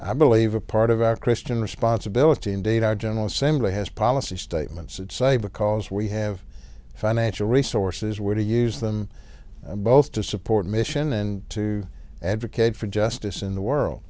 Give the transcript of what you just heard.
i believe a part of our christian responsibility indeed our general assembly has policy statements that say because we have financial resources were to use them both to support mission and to advocate for justice in the world